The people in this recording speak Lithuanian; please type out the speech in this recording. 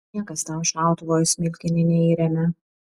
niekas tau šautuvo į smilkinį neįremia